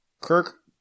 Kirk